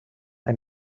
and